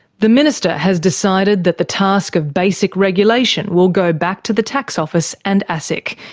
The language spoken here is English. the minister has decided that the task of basic regulation will go back to the tax office and asic,